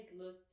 look